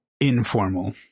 informal